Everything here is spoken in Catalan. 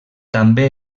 també